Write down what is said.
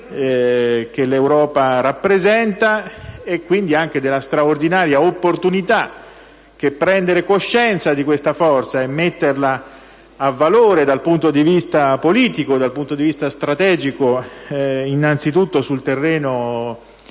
che l'Europa rappresenta e, quindi, anche della straordinaria opportunità che prendere coscienza di questa forza e metterla a valore dal punto di vista politico e strategico, innanzitutto sul terreno